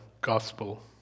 gospel